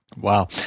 Wow